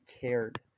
cared